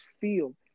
feel